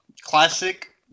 classic